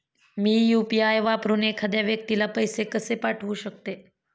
मी UPI वापरून एखाद्या व्यक्तीला पैसे कसे पाठवू शकते?